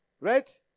Right